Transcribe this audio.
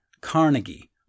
Carnegie